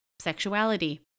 sexuality